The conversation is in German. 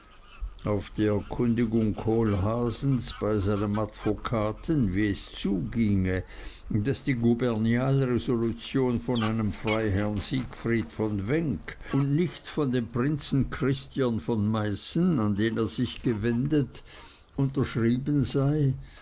auf die erkundigung kohlhaasens bei seinem advokaten wie es zuginge daß die gubernial resolution von einem freiherrn siegfried von wenk und nicht von dem prinzen christiern von meißen an den er sich gewendet unterschrieben sei